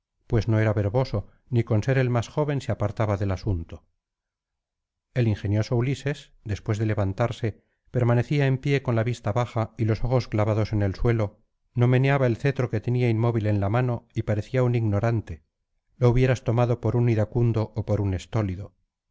pues no era verboso ni con ser el más joven se apartaba del asunto el ingenioso ulises después de levantarse permanecía en pie con la vista baja y los ojos clavados en el suelo no meneaba el cetro que tenía inmóvil en la mano y parecía un ignorante lo hubieras tomado por un iracundo ó por un estólido